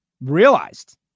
realized